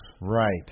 Right